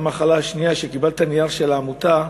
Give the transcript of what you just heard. מחלה שנייה שקיבלת לגביה נייר של העמותה,